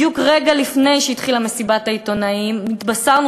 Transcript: בדיוק רגע לפני שהתחילה מסיבת העיתונאים התבשרנו